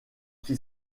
qui